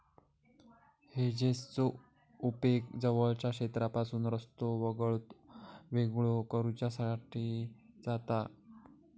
हेजेसचो उपेग जवळच्या क्षेत्रापासून रस्तो वेगळो करुच्यासाठी जाता